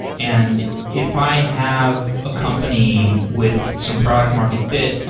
and if i have a company with some product market fit,